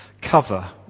cover